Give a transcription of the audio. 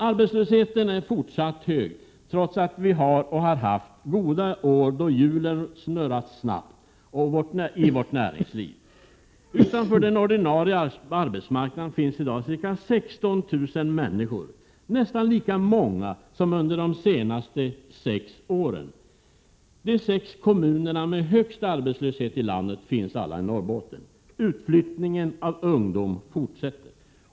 Arbetslösheten är fortsatt hög trots att vi har och har haft goda år då hjulen snurrat snabbt i vårt näringsliv. Utanför den ordnarie arbetsmarknaden finns i dag ca 16 000 människor, nästan lika många som under de senaste sex åren. De sex kommunerna med högst arbetslöshet i landet finns alla i Norrbotten. Utflyttningen av ungdom fortsätter.